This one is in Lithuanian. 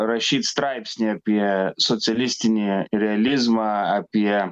rašyt straipsnį apie socialistinį realizmą apie